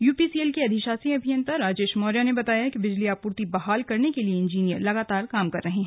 UPCL के अधिशासी अभियंता राजेश मौर्या ने बताया कि बिजली आपूर्ति बहाल करने के लिए इंजीनियर लगातार कार्य कर रहे हैं